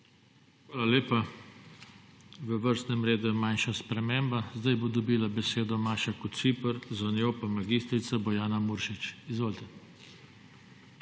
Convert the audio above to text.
Hvala lepa. V vrstnem redu je manjša sprememba. Zdaj bo dobila besedo Maša Kociper, za njo pa mag. Bojana Muršič. Izvolite.